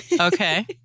okay